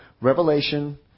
Revelation